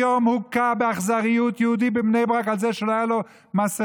היום הוכה באכזריות יהודי בבני ברק על זה שלא הייתה לו מסכה.